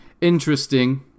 Interesting